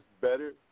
better